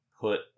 put